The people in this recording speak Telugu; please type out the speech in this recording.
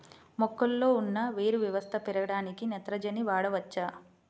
మొక్కలో ఉన్న వేరు వ్యవస్థ పెరగడానికి నత్రజని వాడవచ్చా?